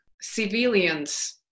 civilians